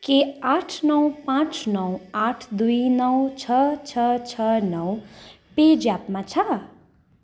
के आठ नौ पाँच नौ आठ दुई नौ छ छ छ नौ पेज्यापमा छ